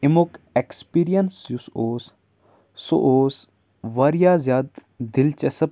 ایٚمُک experience یُس اوس سُہ اوس واریاہ زیادٕ دِلچَسٕپ